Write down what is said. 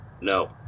No